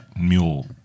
mule